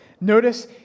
Notice